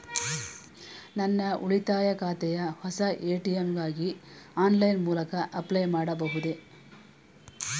ನನ್ನ ಉಳಿತಾಯ ಖಾತೆಯ ಹೊಸ ಎ.ಟಿ.ಎಂ ಗಾಗಿ ಆನ್ಲೈನ್ ಮೂಲಕ ಅಪ್ಲೈ ಮಾಡಬಹುದೇ?